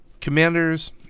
Commanders